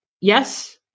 yes